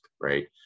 right